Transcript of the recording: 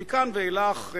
מכאן ואילך,